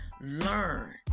learn